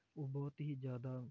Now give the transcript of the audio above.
ਉਹ ਬਹੁਤ ਹੀ ਜ਼ਿਆਦਾ